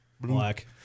Black